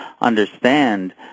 understand